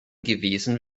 gewesen